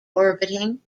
orbiting